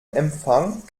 empfang